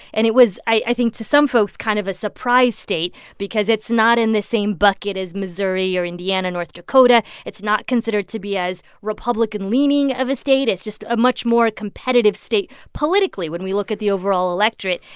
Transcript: and it was, i think, to some folks, kind of a surprise state because it's not in the same bucket as missouri or indiana, north dakota. it's not considered to be as republican-leaning of a state. it's just a much more competitive state politically when we look at the overall electorate.